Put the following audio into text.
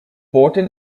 bourton